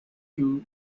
few